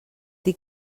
dir